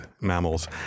mammals